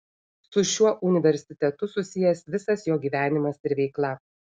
su šiuo universitetu susijęs visas jo gyvenimas ir veikla